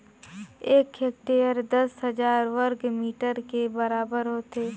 एक हेक्टेयर दस हजार वर्ग मीटर के बराबर होथे